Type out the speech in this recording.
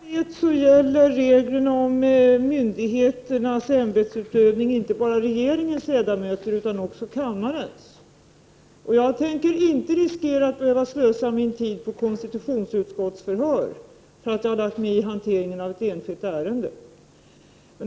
Herr talman! Såvitt jag vet gäller reglerna för myndigheternas ämbetsutövning inte bara regeringens ledamöter utan också kammarens. Jag tänker inte riskera att behöva slösa min tid i konstitutionsutskottsförhör för att jag har lagt mig i hanteringen av ett enskilt ärende.